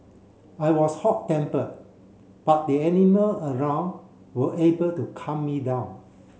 I was hot tempered but the animal around were able to calm me down